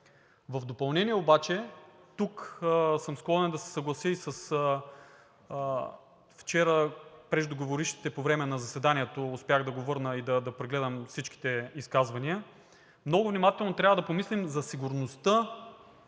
В допълнение обаче, тук съм склонен да се съглася и с изказалите се вчера по време на заседанието – успях да го върна и да прегледам всичките изказвания, много внимателно трябва да помислим за сигурността